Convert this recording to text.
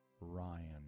Ryan